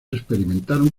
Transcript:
experimentaron